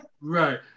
right